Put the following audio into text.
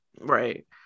Right